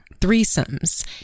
threesomes